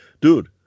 Dude